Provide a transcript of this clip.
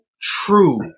true